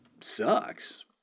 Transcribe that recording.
sucks